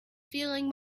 feeling